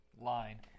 line